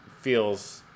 feels